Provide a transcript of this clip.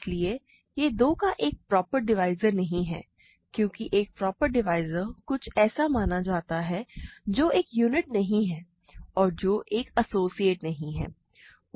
इसलिए यह 2 का एक प्रॉपर डिवाइज़र नहीं है क्योंकि एक प्रॉपर डिवाइज़र कुछ ऐसा माना जाता है जो एक यूनिट नहीं है और जो एक एसोसिएट नहीं है